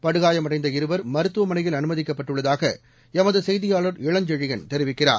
படுகாயமடைந்த இருவர் மருத்துமனையில் அனுமதிக்கப்பட்டுள்ளதாக எமது செய்தியாளர் இளஞ்செழியன் தெரிவிக்கிறார்